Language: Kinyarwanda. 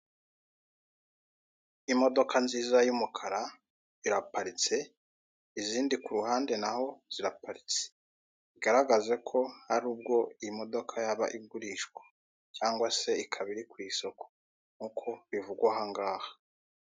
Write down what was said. Imodoka nziza y'umukara iraparitse izindi ku ruhande nazo ziraparitse, bigaragaraza ko hari ubwo imodoka yaba igurishwa cyangwa se ikaba iri ku isoko nkuko bivugwa ahangaha.